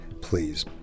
please